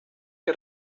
que